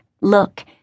Look